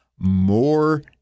more